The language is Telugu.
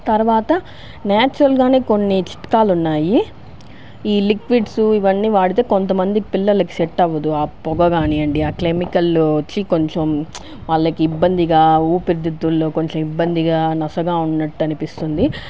తర్వాత నేచురల్గానే కొన్ని చిట్కాలు ఉన్నాయి ఈ లిక్విడ్స్ ఇవన్నీ వాడితే కొంతమంది పిల్లలకు సెట్ అవ్వదు ఆ పొగ కానివ్వండి ఆ కెమికల్ వచ్చి కొంచెం వాళ్ళకి ఇబ్బందిగా ఊపిరితిత్తుల్లో కొంచెం ఇబ్బందిగా నసగా ఉన్నట్టు అనిపిస్తుంది